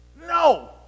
No